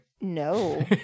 No